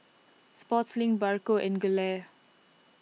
Sportslink Bargo and Gelare